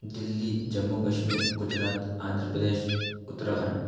Delhi Jammu Kashmir Gujarat Andhra Pradesh Uttarakhand